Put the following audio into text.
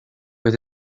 with